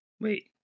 wait